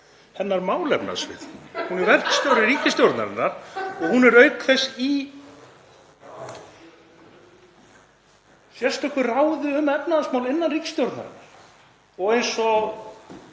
[Hlátur í þingsal.] Hún er verkstjóri ríkisstjórnarinnar og hún er auk þess í sérstöku ráði um efnahagsmál innan ríkisstjórnarinnar og eins og